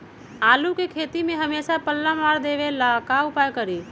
आलू के खेती में हमेसा पल्ला मार देवे ला का उपाय करी?